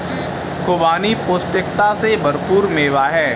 खुबानी पौष्टिकता से भरपूर मेवा है